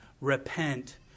Repent